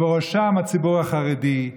ובראשם הציבור החרדי,